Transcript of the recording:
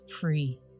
free